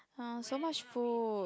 !huh! so much food